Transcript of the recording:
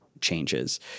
changes